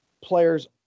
players